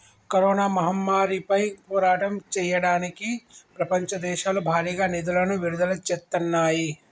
corona మహమ్మారిపై పోరాటం చెయ్యడానికి ప్రపంచ దేశాలు భారీగా నిధులను విడుదల చేత్తన్నాయి